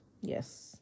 Yes